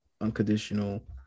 unconditional